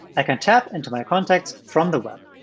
i can tap into my contacts from the web.